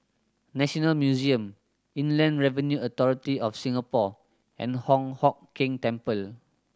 National Museum Inland Revenue Authority of Singapore and Hong Hock Keng Temple